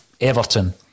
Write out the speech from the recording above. Everton